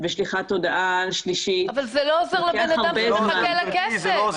ושליחת הודעה שלישית --- אבל זה לא עוזר לבן אדם שמחכה לכסף.